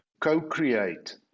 co-create